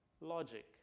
logic